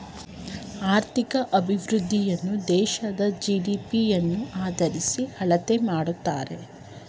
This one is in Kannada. ಆರ್ಥಿಕ ಅಭಿವೃದ್ಧಿಯನ್ನು ದೇಶದ ಜಿ.ಡಿ.ಪಿ ಯನ್ನು ಆದರಿಸಿ ಅಳತೆ ಮಾಡುತ್ತಾರೆ